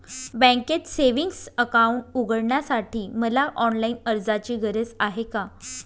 बँकेत savings account उघडण्यासाठी मला ऑनलाईन अर्जाची गरज आहे का?